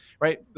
right